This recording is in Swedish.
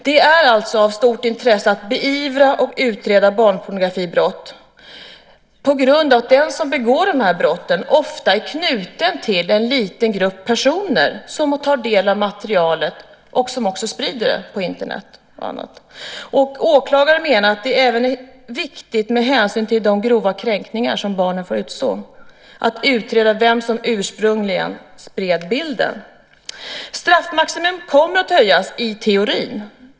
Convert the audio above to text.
Det är alltså av stort intresse att beivra och utreda barnpornografibrott på grund av att den som begår de här brotten ofta är knuten till en liten grupp personer som tar del av materialet och också sprider det på Internet och annat. Åklagare menar att det även är viktigt med hänsyn till de grova kränkningar som barnen får utstå att utreda vem som ursprungligen spred bilden. Straffmaximum kommer att höjas i teorin.